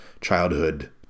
childhood